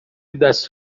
دست